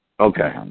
Okay